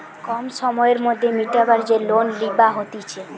কম সময়ের মধ্যে মিটাবার যে লোন লিবা হতিছে